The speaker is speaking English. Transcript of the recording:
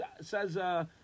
says